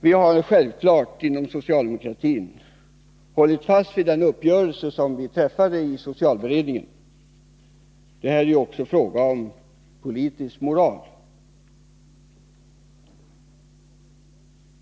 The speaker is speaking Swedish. Vi har inom socialdemokratin självfallet hållit fast vid den uppgörelse vi träffade i socialberedningen — det är bl.a. en fråga om politisk moral.